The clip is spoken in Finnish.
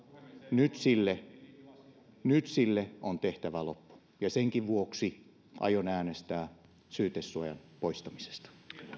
nyt sille nyt sille on tehtävä loppu ja senkin vuoksi aion äänestää syytesuojan poistamisesta